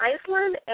Iceland